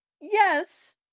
Yes